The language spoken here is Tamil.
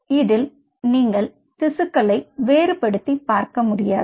எனவே இதில் நீங்கள் திசுக்களை வேறுபடுத்திப் பார்க்க முடியாது